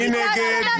מי נגד?